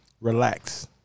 relax